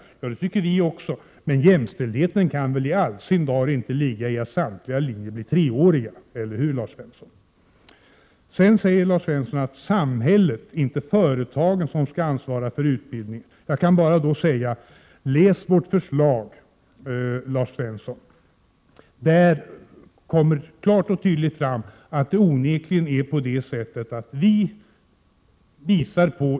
Det tycker vi också. Men jämställdheten kan väl i all sin dar inte ligga i att alla linjer blir treåriga, eller hur Lars Svensson? Sedan säger Lars Svensson att det är samhället och inte företagen som skall ansvara för utbildningen. Till svar på det kan jag bara säga: Läs vårt förslag till gymnasial yrkesutbildning, Lars Svensson!